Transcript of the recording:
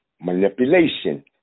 manipulation